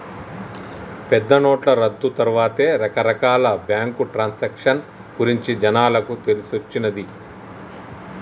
పెద్దనోట్ల రద్దు తర్వాతే రకరకాల బ్యేంకు ట్రాన్సాక్షన్ గురించి జనాలకు తెలిసొచ్చిన్నాది